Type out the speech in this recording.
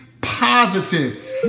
positive